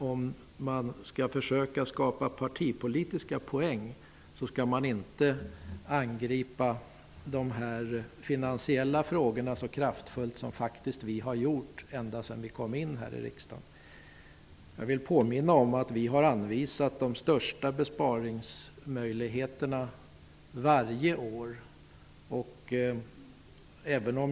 Om man vill försöka plocka partipolitiska poäng skall man ju inte angripa de finansiella frågorna så kraftfullt som vi faktiskt har gjort ända sedan vi kom in i riksdagen. Jag vill påminna om att vi varje år har visat på de största besparingsmöjligheterna.